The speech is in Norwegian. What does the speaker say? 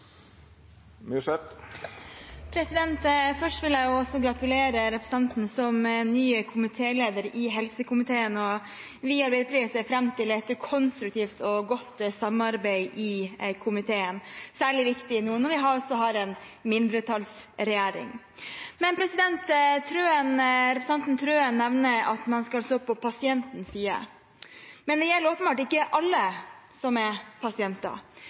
Først vil jeg få gratulere representanten som ny komitéleder i helse- og omsorgskomiteen. Vi i Arbeiderpartiet ser fram til et konstruktivt og godt samarbeid i komiteen, noe som er særlig viktig nå når vi har en mindretallsregjering. Representanten Wilhelmsen Trøen nevnte at man skal stå på pasientens side. Men det gjelder åpenbart ikke alle pasienter. Den første saken som